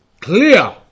Clear